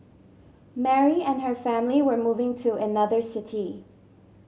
Mary and her family were moving to another city